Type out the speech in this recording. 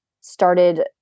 started